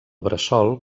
bressol